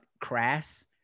crass